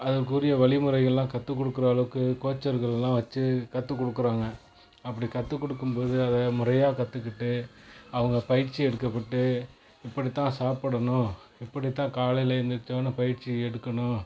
அதற்க்குரிய வழிமுறைகள்லாம் கற்றுக் கொடுக்குற அளவுக்கு கோச்சர்கள்லான் வச்சு கற்றுக் கொடுக்குறாங்க அப்படி கற்றுக் கொடுக்கும் போது அதை முறையாக கற்றுக்கிட்டு அவங்க பயிற்சி எடுக்கப்பட்டு இப்படி தான் சாப்பிடணும் இப்படி தான் காலையில் எழுந்திரிச்சோடனே பயிற்சி எடுக்கணும்